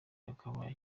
yakabaye